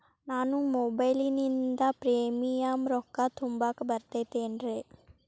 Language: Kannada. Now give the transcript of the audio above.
ನಾನು ಮೊಬೈಲಿನಿಂದ್ ಪ್ರೇಮಿಯಂ ರೊಕ್ಕಾ ತುಂಬಾಕ್ ಬರತೈತೇನ್ರೇ?